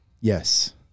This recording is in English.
Yes